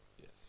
yes